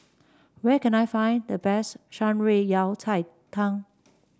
where can I find the best Shan Rui Yao Cai Tang